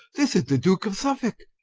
this is the duke of suffolk,